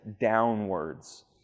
downwards